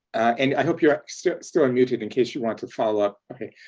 and i hope you're still still unmuted in case you want to follow up. okay.